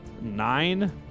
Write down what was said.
Nine